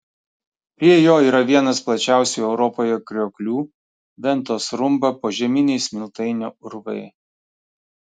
prie jo yra vienas plačiausių europoje krioklių ventos rumba požeminiai smiltainio urvai